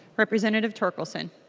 representative torkelson